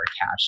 cash